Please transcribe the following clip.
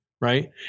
Right